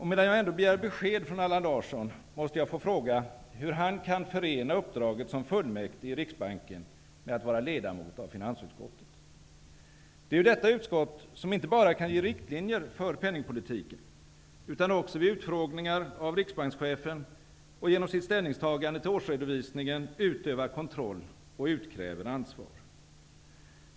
Medan jag ändå begär besked från Allan Larsson, måste jag få fråga hur han kan förena uppdraget som fullmäktig i Riksbanken med att vara ledamot av finansutskottet. Det är ju detta utskott som inte bara kan ge riktlinjer för penningpolitiken utan också vid utfrågningar av Riksbankschefen och genom sitt ställningstagande till årsredovisningen utövar kontroll och utkräver ansvar.